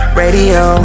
radio